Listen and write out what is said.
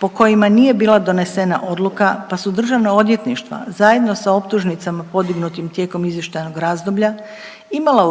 po kojima nije bila donesena odluka pa su državna odvjetništva zajedno sa optužnicama podignutim tijekom izvještajnog razdoblja imala